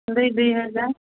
ଦୁଇ ଦୁଇ ହଜାର